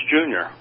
junior